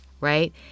right